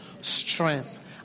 strength